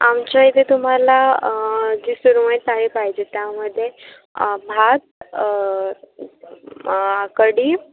आमच्या इथे तुम्हाला जी सुरमई थाळी पाहिजे त्यामध्ये भात कढी